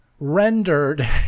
rendered